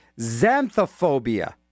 Xanthophobia